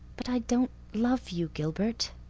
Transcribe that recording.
but i don't love you, gilbert.